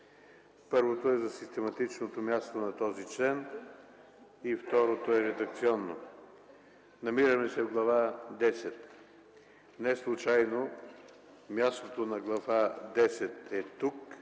Първото е, за систематичното място на този член и второто е редакционно. Намираме се в Глава десет. Неслучайно мястото на Глава десет е тук,